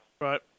Right